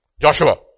Joshua